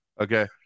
Okay